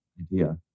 idea